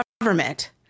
government